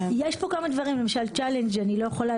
יש פה כמה דברים למשל צ'אלנג' אני לא יכולה